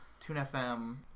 TuneFM